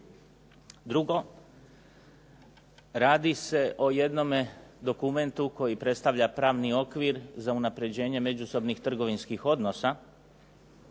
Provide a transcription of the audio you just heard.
Drugo, radi se o jednome dokumentu koji predstavlja pravni okvir za unapređenje međusobnih trgovinskih odnosa,